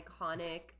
iconic